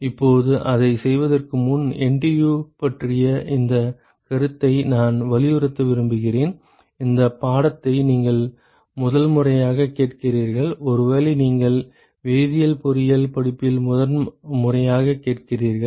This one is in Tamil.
இப்போது அதைச் செய்வதற்கு முன் NTU பற்றிய இந்தக் கருத்தை நான் வலியுறுத்த விரும்புகிறேன் இந்தப் பாடத்தை நீங்கள் முதல்முறையாகக் கேட்கிறீர்கள் ஒருவேளை நீங்கள் வேதியியல் பொறியியல் படிப்பில் முதன்முறையாகக் கேட்கிறீர்கள்